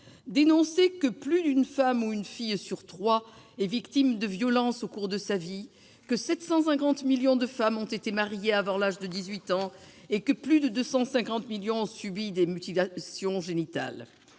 dénoncer que plus d'une femme ou une fille sur trois est victime de violence au cours de sa vie, que 750 millions de femmes ont été mariées avant l'âge de 18 ans et que plus de 250 millions d'entre elles ont subi des mutilations génitales.